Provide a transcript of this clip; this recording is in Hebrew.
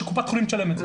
שקופת חולים תשלם את זה.